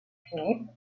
philippe